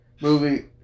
movie